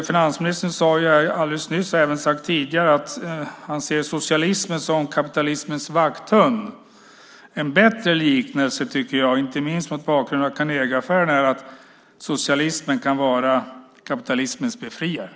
Finansministern sade nyss, och har även sagt tidigare, att han ser socialismen som kapitalismens vakthund. En bättre liknelse, inte minst mot bakgrund av Carnegieaffären, är att socialismen kan vara kapitalismens befriare.